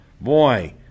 Boy